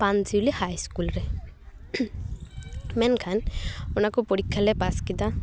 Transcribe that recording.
Panchuili high school ᱨᱮ ᱢᱮᱱᱠᱷᱟᱱ ᱚᱱᱟ ᱠᱚ ᱯᱚᱨᱤᱠᱷᱟ ᱞᱮ ᱯᱟᱥ ᱠᱮᱫᱟ